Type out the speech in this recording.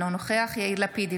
אינו נוכח יאיר לפיד,